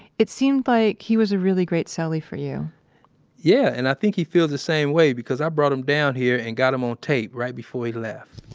it seemed like he was a really great cellie for you yeah, and i think he feels the same way, because i brought him down here and got him on tape right before he left.